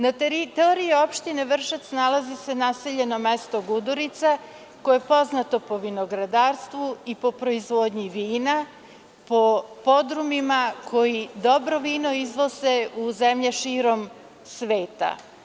Na teritoriji opštine Vršac nalazi se naseljeno mesto Gudurica, koje je poznato po vinogradarstvu i po proizvodnji vina, po podrumima koji dobro vino izvoze u zemlje širom sveta.